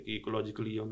ecologically